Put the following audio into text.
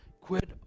Quit